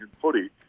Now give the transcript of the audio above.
footy